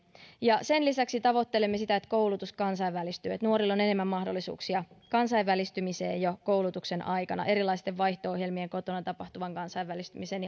sen lisäksi tavoittelemme sitä että koulutus kansainvälistyy että nuorilla on enemmän mahdollisuuksia kansainvälistymiseen jo koulutuksen aikana erilaisten vaihto ohjelmien kotona tapahtuvan kansainvälistymisen